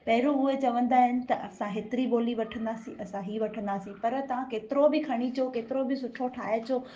पहिरों उहे चवंदा आहिनि त असां हेतिरी ॿोली वठंदासीं असां ई वठंदासीं पर तव्हां केतिरो बि खणी अचो केतिरो बि सुठो ठाहे अचो